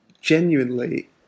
genuinely